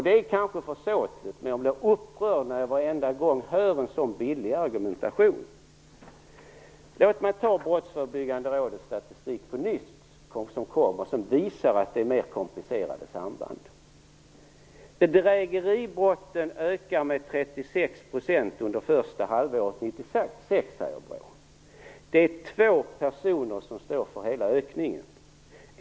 Det är kanske försåtligt, men jag blir upprörd varje gång jag hör en så billig argumentation. Låt mig på nytt ta upp Brottsförebyggande rådets statistik, som visar att det är mer komplicerade samband. Bedrägeribrotten ökade med 36 % under första halvåret 1996, enligt BRÅ. Det är två personer som står för hela ökningen.